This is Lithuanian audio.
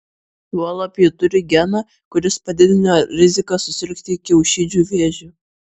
juolab ji turi geną kuris padidina riziką susirgti kiaušidžių vėžiu